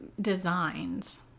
designs